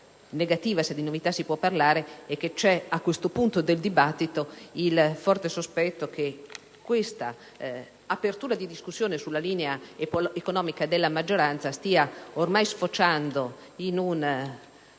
negativa - se di novità si può parlare - è che c'è, a questo punto del dibattito, il forte sospetto che tale apertura di discussione sulla linea economica della maggioranza stia ormai sfociando in un